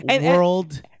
world